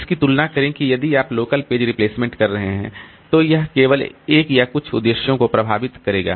इसकी तुलना करें कि यदि आप लोकल पेज रिप्लेसमेंट कर रहे हैं तो यह केवल एक या कुछ उद्देश्यों को प्रभावित करेगा